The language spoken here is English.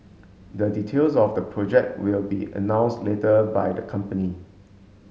the details of the project will be announced later by the company